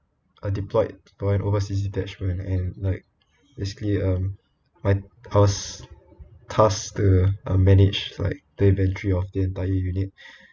uh deployed for an overseas attachment and like basically um my I was tasked to uh manage like the inventory of the entire unit